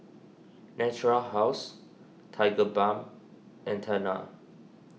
Natura House Tigerbalm and Tena